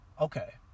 Okay